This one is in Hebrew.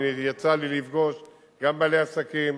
יצא לי לפגוש גם בעלי עסקים,